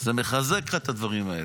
זה מחזק לך את הדברים האלה.